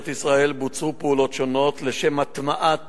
ישראל בוצעו פעולות שונות לשם הטמעת